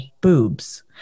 boobs